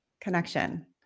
Connection